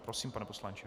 Prosím, pane poslanče.